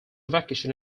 vacation